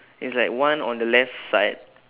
it's like one on the left side